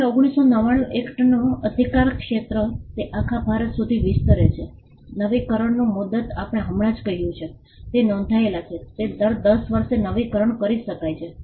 હવે 1999 એક્ટનો અધિકારક્ષેત્ર તે આખા ભારત સુધી વિસ્તરે છે નવીકરણની મુદત આપણે હમણાં જ કહ્યું છે તે નોંધાયેલ છે તે દર 10 વર્ષે નવીકરણ કરી શકાય છે